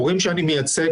הורים שאני מייצג,